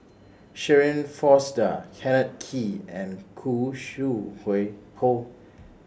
Shirin Fozdar Kenneth Kee and Khoo Sui Hui Hoe